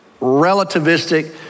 relativistic